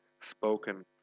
spoken